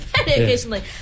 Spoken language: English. occasionally